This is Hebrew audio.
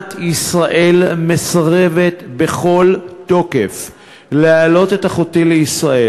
מדינת ישראל מסרבת בכל תוקף להעלות את אחותי לישראל.